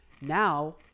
Now